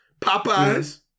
Popeyes